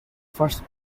first